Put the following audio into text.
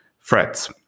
threats